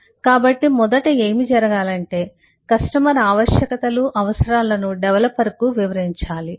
కాబట్టి మొదట ఏమి జరగాలంటే కస్టమర్ ఆవశ్యకతలు అవసరాలను డెవలపర్కు వివరించాలి